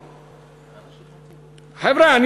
חבר'ה,